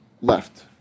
left